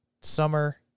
Summer